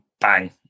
bang